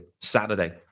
Saturday